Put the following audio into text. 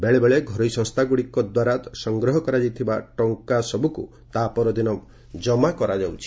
ବେଳେବେଳେ ଘରୋଇ ସଂସ୍ଥାଗୁଡ଼ିକ ଦ୍ୱାରା ସଂଗ୍ରହ କରାଯାଇଥିବା ଟଙ୍କାସବୁକୁ ତା' ପରଦିନ ଜମା କରାଯାଉଛି